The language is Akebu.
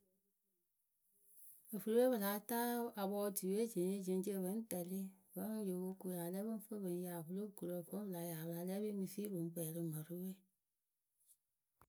Ofuripǝ we pɨ láa taa apɔɔtuyǝ we jeŋceŋ jeŋceŋ pɨ ŋ tɛlɩ vǝ́ wǝ lo po ku pɨ la lɛ pɨ ŋ fɨ pɨ ŋ yaa pɨlo gurǝ vǝ́ pɨ la yaa pɨ la lɛ pɨŋ mɨ fii pɨŋ kpɛɛ rɨ mǝrǝ we.